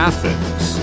Athens